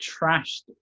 trashed